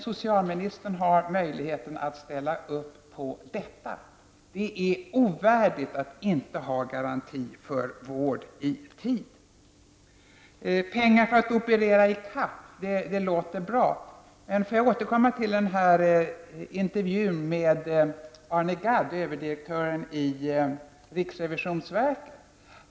Socialministern har dock möjlighet att ställa upp på detta. Det är ovärdigt att inte ha en garanti för vård i tid. Pengar för att operera i kapp, det låter bra. Men jag vill återkomma till intervjun med Arne Gadd, som är överdirektör i riksrevisionsverket.